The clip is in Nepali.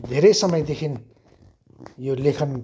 धेरै समयदेखि यो लेखन